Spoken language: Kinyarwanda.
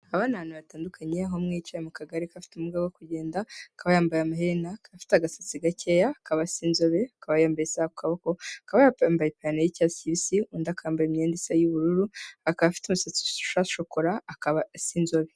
Aba ni abantu hatandukanye aho umwe yicaye mu kagare k'abafite ubumuga bwo kugenda, akaba yambaye amaherena, akaba afite agasatsi gakeya, aka asa inzobe, akaba yambaye isaha ku kaboko, akaba yambaye ipantaro y'icyatsi kibisi, undi akaba yambaye imyenda isa y'ubururu, akaba afite umusatsi usa shokora, akaba asa inzobe.